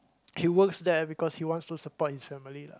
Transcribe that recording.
he works there because he wants to support his family lah